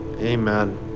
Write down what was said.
Amen